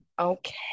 Okay